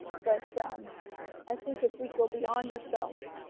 but i think if we go beyond ourselves,